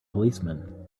policeman